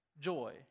joy